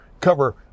cover